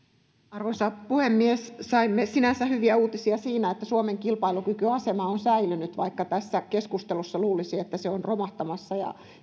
arvoisa puhemies saimme sinänsä hyviä uutisia siinä että suomen kilpailukykyasema on säilynyt vaikka tässä keskustelussa luulisi että se on romahtamassa ja